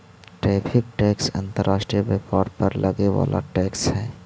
tariff tax अंतर्राष्ट्रीय व्यापार पर लगे वाला टैक्स हई